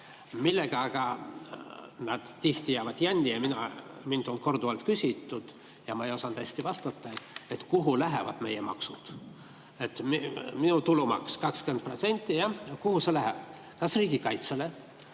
Millega aga nad tihti jäävad jänni – ka minult on korduvalt küsitud ja ma ei ole osanud hästi vastata –, on see, kuhu lähevad meie maksud. Minu tulumaks 20%, kuhu see läheb? Kas riigikaitsele,